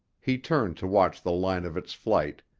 he turned to watch the line of its flight,